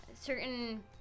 certain